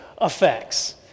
effects